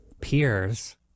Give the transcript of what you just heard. peers